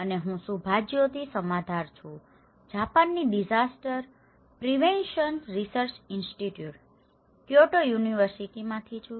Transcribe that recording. અને હું સુભાજ્યોતિ સમાધાર છું હું જાપાનની disaster prevention research institute Kyoto યુનિવર્સિટીમાંથી છું